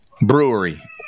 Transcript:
brewery